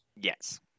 Yes